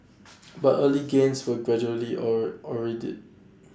but early gains were gradually or eroded